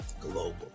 Global